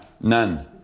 none